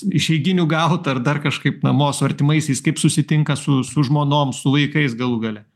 išeiginių gaut ar dar kažkaip namo su artimaisiais kaip susitinka su su žmonom su vaikais galų gale